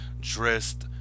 dressed